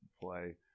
play